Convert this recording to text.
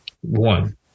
One